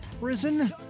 prison